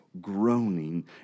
groaning